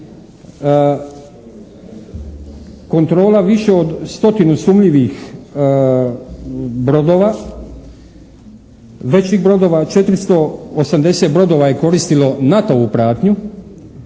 kontrola više od stotinu sumnjivih brodova, većih brodova 480 je koristilo NATO-vu pratnju